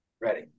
Ready